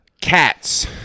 Cats